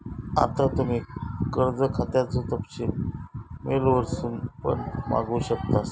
आता तुम्ही कर्ज खात्याचो तपशील मेल वरसून पण मागवू शकतास